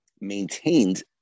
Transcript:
maintained